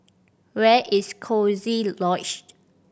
where is Coziee Lodge